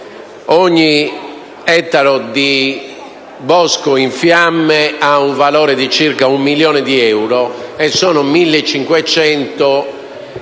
ogni ettaro di bosco in fiamme ha un valore di circa un milione di euro e gli ettari